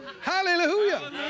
Hallelujah